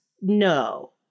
No